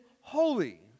holy